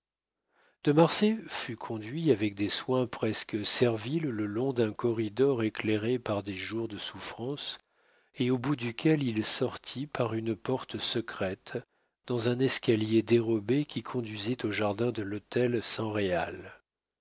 de marsay fut conduit avec des soins presque serviles le long d'un corridor éclairé par des jours de souffrance et au bout duquel il sortit par une porte secrète dans un escalier dérobé qui conduisait au jardin de l'hôtel san réal